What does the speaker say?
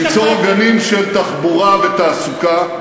ליצור עוגנים של תחבורה ותעסוקה,